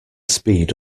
speed